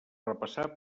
repassar